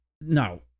no